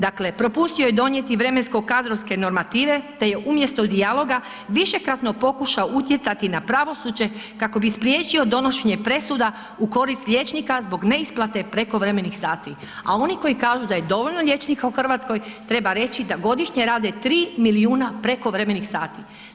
Dakle, propustio je donijeti vremensko kadrovske normative te je umjesto dijaloga višekratno pokušao utjecati na pravosuđe kako bi spriječio donošenje presuda u korist liječnika zbog neisplate prekovremenih sati, a oni koji kažu da je dovoljno liječnika u Hrvatskoj treba reći da godišnje rade 3 milijuna prekovremenih sati.